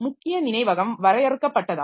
முக்கிய நினைவகம் வரையறுக்கப்பட்டதாகும்